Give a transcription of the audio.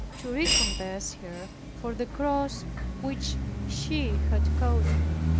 to recompense her for the cross which she had caused me.